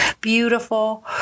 Beautiful